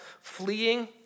fleeing